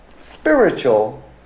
spiritual